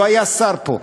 לא היה שר פה.